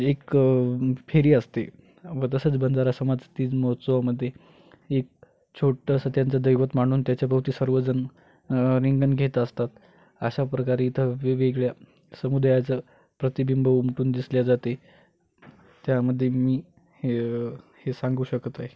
एक फेरी असते व तसंच बंजारा समाज तीज महोत्सवामध्ये एक छोटं असं त्यांचं दैवत मांडून त्याच्याभोवती सर्वजण रिंगण घेत असतात अशा प्रकारे इथं वेगवेगळ्या समुदायाचं प्रतिबिंब उमटून दिसल्या जाते त्यामध्ये मी हे हे सांगू शकत आहे